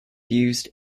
used